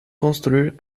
construir